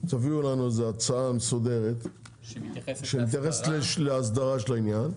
תביאו לנו הצעה מסודרת שמתייחסת להסדרה של העניין.